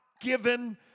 given